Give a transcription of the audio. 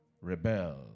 rebel